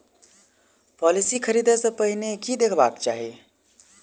Policy खरीदै सँ पहिने की देखबाक चाहि?